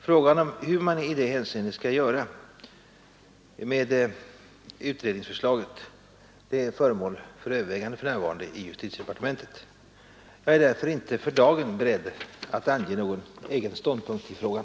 Frågan om hur man i detta hänseende skall göra med utredningsförslaget är för närvarande föremål för övervägande i justitiedepartementet. Jag är därför inte för dagen beredd att ange någon ståndpunkt i frågan.